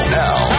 now